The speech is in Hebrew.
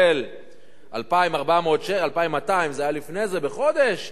2,200 שקלים בחודש, זה היה לפני זה, תצא מהתור.